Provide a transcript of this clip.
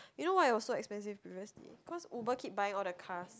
you know why it was so expensive previously cause Uber keep buying all the cars